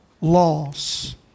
loss